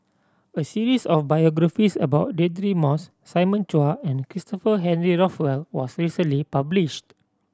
a series of biographies about Deirdre Moss Simon Chua and Christopher Henry Rothwell was recently published